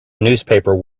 newspaper